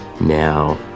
Now